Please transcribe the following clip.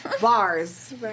Bars